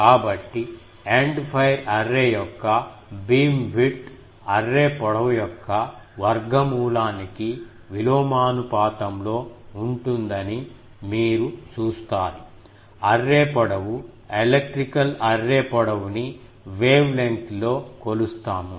కాబట్టి end fire array యొక్క beamwidth array పొడవు యొక్క వర్గమూలానికి విలోమానుపాతంలో ఉంటుందని మీరు చూస్తారు అర్రే పొడవు ఎలక్ట్రికల్ అర్రే పొడవు ని వేవ్ లెంత్ లో కొలుస్తాము